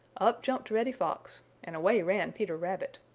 up jumped reddy fox and away ran peter rabbit.